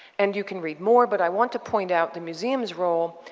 and you can read more but i want to point out the museum's role.